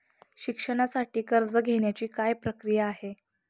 शिक्षणासाठी कर्ज घेण्याची काय प्रक्रिया आहे?